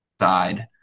side